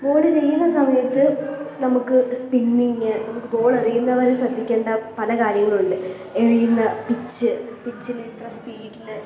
ball ചെയ്യുന്ന സമയത്ത് നമുക്ക് സ്പിന്നിംഗ് നമുക്ക് ബോൾ എറിയുന്നവർ ശ്രദ്ധിക്കേണ്ട പല കാര്യങ്ങളുണ്ട് ഇന്ന പിച്ച് പിച്ചിലിത്ര സ്പീഡിൽ